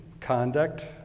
conduct